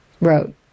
wrote